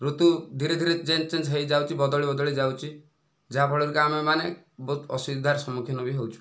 ଋତୁ ଧୀରେ ଧୀରେ ଚେଞ୍ଜ ଚେଞ୍ଜ ହୋଇଯାଉଛି ବଦଳି ବଦଳି ଯାଉଛି ଯାହା ଫଳରେ ଆମେମାନେ ବହୁତ ଅସୁବିଧାର ବି ସମ୍ମୁଖୀନ ବି ହେଉଛୁ